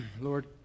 Lord